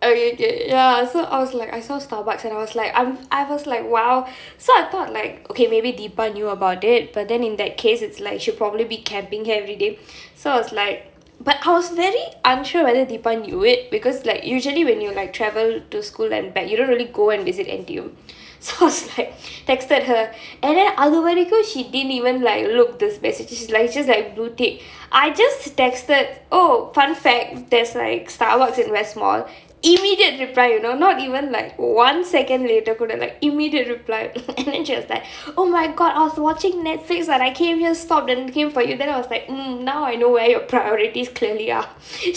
okay okay ya so I was like I saw Starbucks and I was like I'm I was like !wow! so I thought like okay maybe deepa knew about it but then in that case it's like she'll probably be camping here everday so I was like but I was very unsure whether deepa knew it because like usually when you like travel to school and back you don't really go and visit N_T_U so I was like texted her and then அது வரைக்கும்:athu varaikkum she didn't even like look the message she just like bluetick I just texted oh fun fact there's like Starbucks in west mall immediate reply you know not even like one second later கூட:kuda like immediate reply and she was like oh my god I was watching Netflix but I came here stopped and came for you then I was like mmhmm now I know where your priorities clearly are